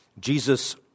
Jesus